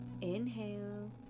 inhale